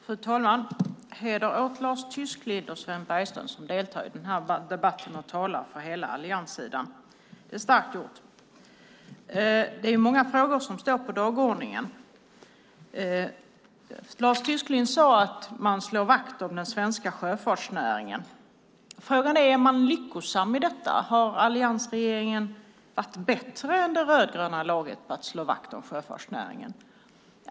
Fru talman! Heder åt Lars Tysklind och Sven Bergström som deltar i debatten och talar för hela allianssidan! Det är starkt gjort. Många frågor står på dagordningen. Lars Tysklind sade att man slår vakt om den svenska sjöfartsnäringen. Frågan är om man är lyckosam i detta. Har alliansregeringen varit bättre än det rödgröna laget på att slå vakt om sjöfartsnäringen?